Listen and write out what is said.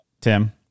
Tim